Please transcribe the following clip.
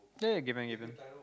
ya given given